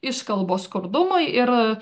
iškalbos skurdumui ir